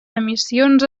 emissions